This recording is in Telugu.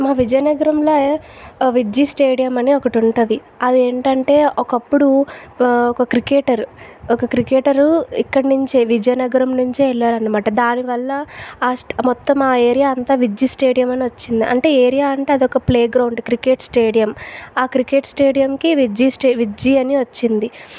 మా విజయనగరంలో ఆ విజ్యు స్టేడియం అని ఒకటి ఉంటుంది అదేంటంటే ఒకప్పుడు ఒక క్రికెటర్ ఒక క్రికెటర్ ఇక్కడి నుండే విజయనగరం నుంచే వెళ్ళారు అన్నమాట దాని వల్ల ఆస్ట్ మొత్తం ఆ ఏరియా అంతా విజ్యు స్టేడియం అని వచ్చింది అంటే ఏరియా అంటే అదొక ప్లే గ్రౌండ్ క్రికెట్ స్టేడియం ఆ క్రికెట్ స్టేడియంకి విజ్జి స్ట్ విజ్జి అని వచ్చింది